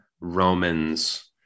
Romans